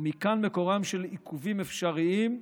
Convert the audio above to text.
ומכאן מקורם של עיכובים אפשריים,